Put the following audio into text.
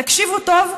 תקשיבו טוב,